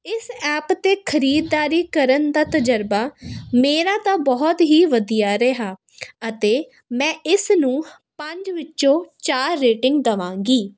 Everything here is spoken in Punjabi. ਇਸ ਐਪ 'ਤੇ ਖਰੀਦਦਾਰੀ ਕਰਨ ਦਾ ਤਜ਼ੁਰਬਾ ਮੇਰਾ ਤਾਂ ਬਹੁਤ ਹੀ ਵਧੀਆ ਰਿਹਾ ਅਤੇ ਮੈਂ ਇਸ ਨੂੰ ਪੰਜ ਵਿੱਚੋਂ ਚਾਰ ਰੇਟਿੰਗ ਦੇਵਾਂਗੀ